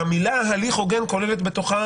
והמושג "הליך הוגן" כולל בתוכו